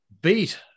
beat